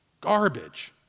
Garbage